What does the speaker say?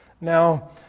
Now